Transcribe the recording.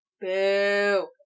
Boo